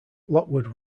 lockwood